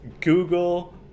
Google